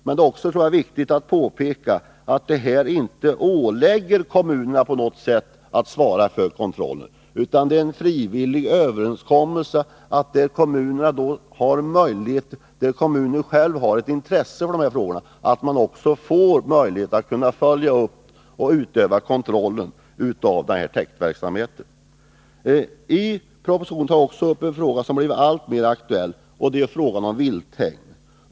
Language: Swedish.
Det är emellertid viktigt att påpeka att kommunerna i föreliggande förslag inte åläggs att svara för kontrollen. Det är fråga om en frivillig överenskommelse där kommunerna, om de har intresse härför, ges möjlighet att följa upp och utöva sin kontroll av täktverksamheten. I propositionen tas också upp en fråga som blivit alltmer aktuell, nämligen frågan om vilthägn.